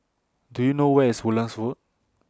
Do YOU know Where IS Woodlands Road